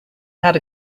had